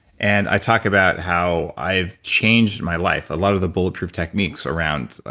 and i talk about how i've changed my life. a lot of the bulletproof techniques around,